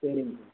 சரிங்க